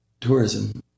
Tourism